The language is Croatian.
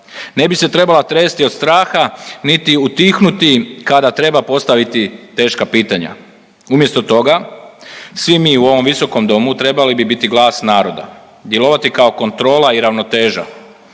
Ne bi se trebala tresti od straha niti utihnuti kada treba postaviti teška pitanja. Umjesto toga svi mi u ovom Visokom domu trebali bi biti glas naroda, djelovati kao kontrola i ravnoteža